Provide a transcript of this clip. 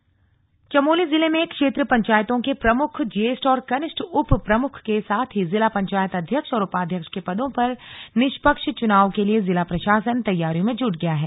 चुनाव चमोली चमोली जिले में क्षेत्र पंचायतों के प्रमुख ज्येष्ठ और कनिष्ठ उप प्रमुख के साथ ही जिला पंचायत अध्यक्ष और उपाध्यक्ष के पदों पर निष्पक्ष चुनाव के लिए जिला प्रशासन तैयारियों में जुट गया है